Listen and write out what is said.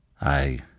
I